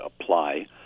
apply